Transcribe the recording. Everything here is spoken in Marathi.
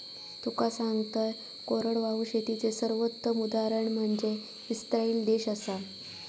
तुका सांगतंय, कोरडवाहू शेतीचे सर्वोत्तम उदाहरण म्हनजे इस्राईल देश आसा